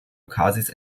okazis